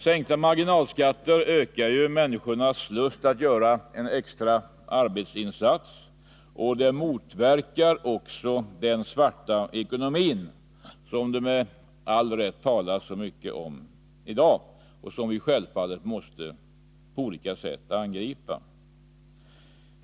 Sänkta marginalskatter ökar människornas lust att göra en extra arbetsinsats och motverkar den svarta ekonomin, som man med all rätt talar så mycket om i dag och som vi självfallet på olika sätt måste angripa.